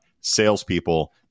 salespeople